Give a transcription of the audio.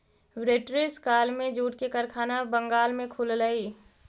British काल में jute के कारखाना बंगाल में खुललई